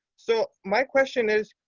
so my question is,